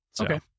okay